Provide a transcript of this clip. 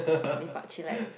lepak chillax